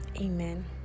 Amen